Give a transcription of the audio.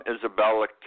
Isabella